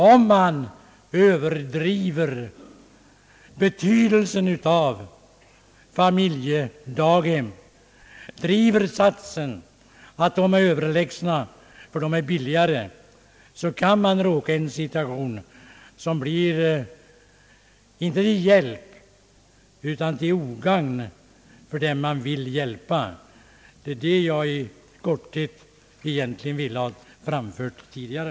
Om man överdriver betydelsen av familjedaghem, driver satsen att de är överlägsna därför att de är billigare, så kan man naturligtvis råka i en situation som inte blir till hjälp, utan till ogagn för dem man vill hjälpa. Det är det som jag i korthet egentligen ville ha framfört tidigare.